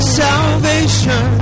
salvation